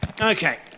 Okay